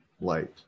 light